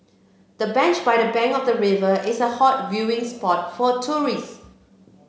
the bench by the bank of the river is a hot viewing spot for tourists